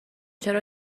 چرا